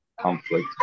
Conflict